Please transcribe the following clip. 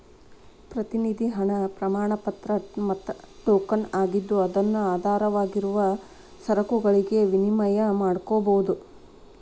ಪ್ರತಿನಿಧಿ ಹಣ ಪ್ರಮಾಣಪತ್ರ ಮತ್ತ ಟೋಕನ್ ಆಗಿದ್ದು ಅದನ್ನು ಆಧಾರವಾಗಿರುವ ಸರಕುಗಳಿಗೆ ವಿನಿಮಯ ಮಾಡಕೋಬೋದು